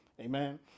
Amen